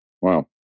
Wow